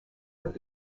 would